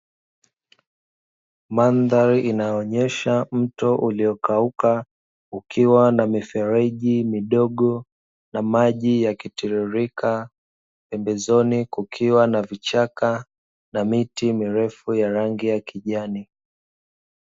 Mandhari inayoonyesha mto uliokauka ukiwa na mifereji midogo na maji yakitiririka, pembezoni kukiwa na vichaka na miti mirefu ya rangi ya kijani.